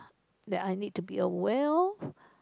that I need to be aware of